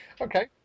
Okay